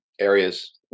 areas